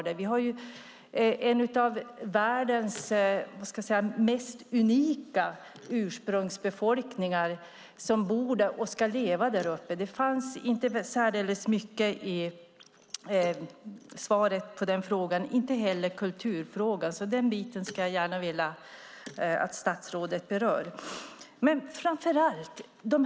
Det är ju en av världens mest unika ursprungsbefolkningar som bor och ska leva där uppe. Det fanns inte särdeles mycket i svaret vad gäller den frågan, inte heller om kulturfrågan. Därför skulle jag gärna vilja att statsrådet berör den biten. Men jag vill framför allt säga en sak.